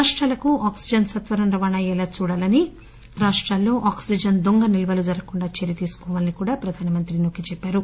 రాష్టాలకు ఆక్సిజన్ సత్వరం రవాణా అయ్యేలా చూడాలని రాష్టాలలో ఆక్సిజన్ దొంగ నిల్వలు జరగకుండా చర్య తీసుకోవాలని ప్రధానమంత్రి నొక్కి చెప్పారు